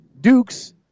Dukes